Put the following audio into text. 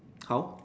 how